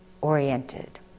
oriented